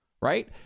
Right